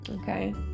okay